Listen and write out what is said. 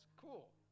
cool